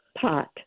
pot